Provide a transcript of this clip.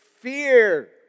fear